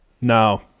No